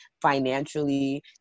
financially